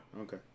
Okay